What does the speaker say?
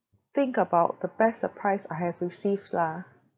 think about the best surprise I have received lah